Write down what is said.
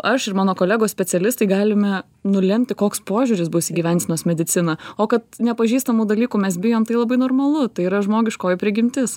aš ir mano kolegos specialistai galime nulemti koks požiūris bus į gyvensenos mediciną o kad nepažįstamų dalykų mes bijom tai labai normalu tai yra žmogiškoji prigimtis